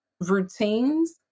routines